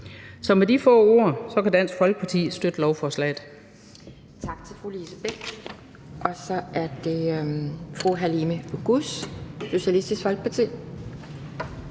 Så med de få bemærkninger kan Dansk Folkeparti støtte lovforslaget.